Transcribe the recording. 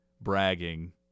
bragging